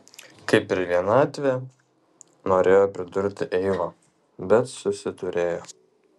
kaip ir vienatvė norėjo pridurti eiva bet susiturėjo